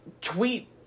tweet